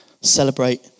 celebrate